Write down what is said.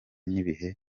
n’ibihe